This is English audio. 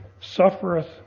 suffereth